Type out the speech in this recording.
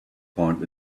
point